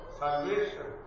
salvation